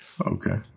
Okay